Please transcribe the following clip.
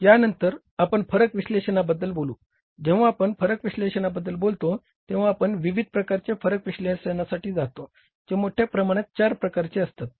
यानंतर आपण फरक विश्लेषणाबद्दल बोलू जेव्हा आपण फरक विश्लेषणाबद्दल बोलतो तेव्हा आपण विविध प्रकारच्या फरक विश्लेषणासाठी जातो जे मोठ्या प्रमाणात चार प्रकारांचे असतात